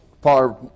far